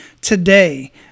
today